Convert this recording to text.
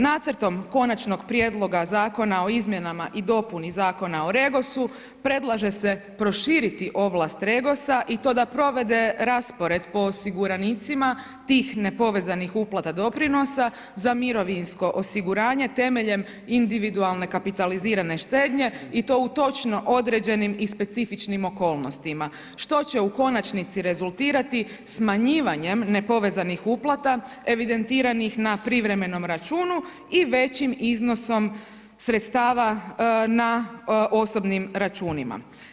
Nacrtom Konačnog prijedloga Zakona o izmjenama i dopuni Zakona o REGOS-u predlaže se proširiti ovlast REGOS-a i to da provede raspored po osiguranicima tih nepovezanih uplata doprinosa za mirovinsko osiguranje temeljem individualne kapitalizirane štednje i to u točno određenim i specifičnim okolnostima, što će u konačnici rezultirati smanjivanjem nepovezanih uplata evidentiranih na privremenom računu i većim iznosom sredstava na osobnim računima.